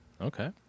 Okay